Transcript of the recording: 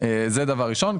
זה דבר ראשון.